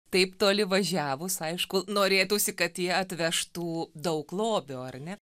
taip toli važiavus aišku norėtųsi kad jie atvežtų daug lobio ar ne